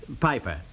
Piper